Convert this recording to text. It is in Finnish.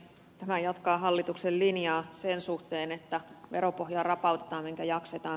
tämä jatkaa hallituksen linjaa sen suhteen että veropohjaa rapautetaan minkä jaksetaan